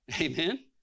Amen